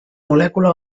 molècula